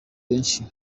benshi